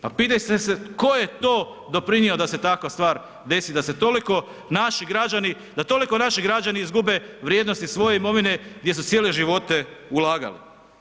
Pa pitajte se tko je to doprinio da se tako stvar desi, da se toliko naši građani, da toliko naši građani izgube vrijednosti svoje imovine gdje su cijele živote ulagali.